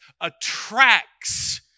attracts